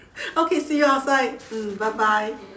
okay see you outside mm bye bye